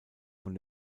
von